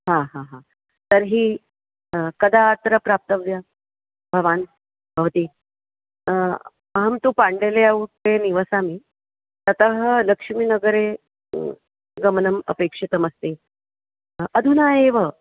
हा हा हा तर्हि कदा अत्र प्राप्तव्यं भवान् भवती अहं तु पाण्डे लेयौटे निवसामि ततः लक्ष्मिनगरे गमनम् अपेक्षितमस्ति अधुना एव